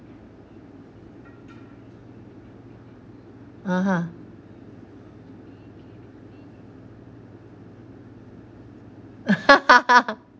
(uh huh)